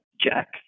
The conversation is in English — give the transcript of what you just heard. Jack